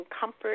comfort